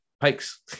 Pikes